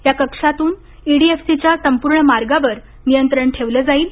या कक्षातून ईडीएफसीच्या संपूर्ण मार्गावर नियंत्रण ठेवलं जाईल